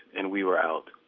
and we were out.